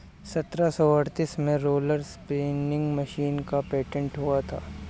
सत्रह सौ अड़तीस में रोलर स्पीनिंग मशीन का पेटेंट हुआ था